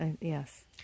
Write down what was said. Yes